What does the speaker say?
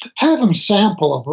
have them sample a,